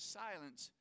silence